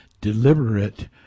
deliberate